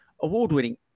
award-winning